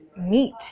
meat